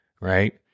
right